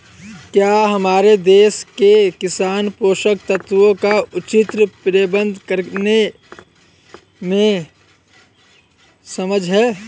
क्या हमारे देश के किसान पोषक तत्वों का उचित प्रबंधन करने में सक्षम हैं?